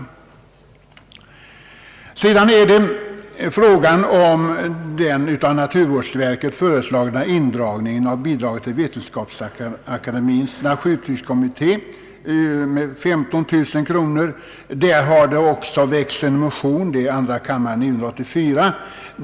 I fråga om den av naturvårdsverket föreslagna indragningen av bidraget till Vetenskapsakademiens naturskyddskommitté med 15000 kronor har också väckts en motion, II: 984.